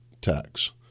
tax